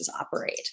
operate